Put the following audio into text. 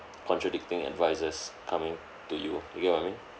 contradicting advisers coming to you you get what I mean